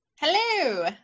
Hello